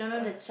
on